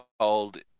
called